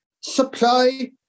Supply